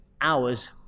hours